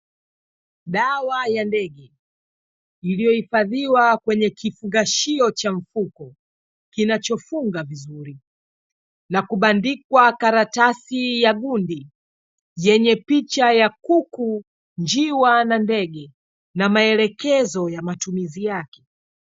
Dawa ya ndege iliyohifadhiwa kwenye kifungashio cha mfuko kinachofunga vizuri, na kubandikwa karatasi ya gundi yenye picha ya kuku, njiwa, na ndege, na maelekezo ya matumizi yake.